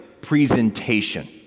presentation